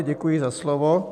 Děkuji za slovo.